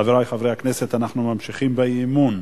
חברי חברי הכנסת, אנחנו ממשיכים באי-אמון.